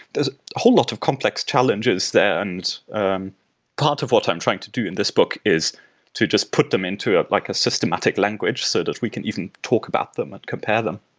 there's a whole lot of complex challenges there and part of what i'm trying to do in this book is to just put them into ah like a systematic language so that we can even talk about them and compare them.